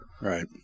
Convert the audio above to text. Right